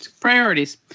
Priorities